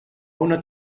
una